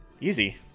Easy